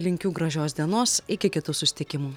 linkiu gražios dienos iki kitų susitikimų